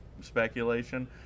speculation